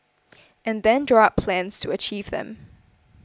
and then draw up plans to achieve them